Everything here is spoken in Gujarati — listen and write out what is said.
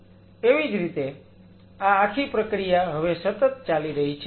એવી જ રીતે આ આખી પ્રક્રિયા હવે સતત ચાલી રહી છે